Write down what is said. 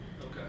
okay